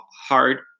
hard